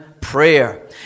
prayer